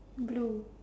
blue